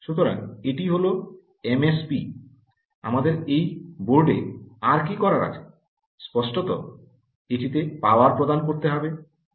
সুতরাং এটি হল এমএসপি আমাদের এই বোর্ডে আর কী করার আছে স্পষ্টতই এটিতে পাওয়ার প্রদান করতে হবে